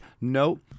No